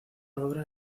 obra